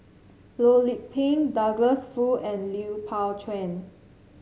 Loh Lik Peng Douglas Foo and Lui Pao Chuen